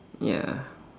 ya